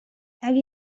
have